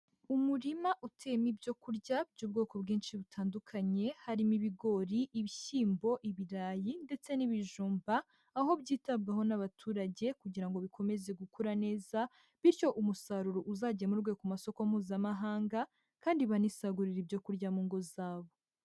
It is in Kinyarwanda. Umurima uteyemo ibyo kurya by'ubwoko bwinshi butandukanye, harimo ibigori, ibishyimbo, ibirayi ndetse n'ibijumba, aho byitabwaho n'abaturage kugira ngo bikomeze gukura neza bityo umusaruro uzagemurwe ku masoko mpuzamahanga, kandi banisagurire ibyo kurya mu ngo zabo.